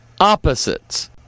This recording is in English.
opposites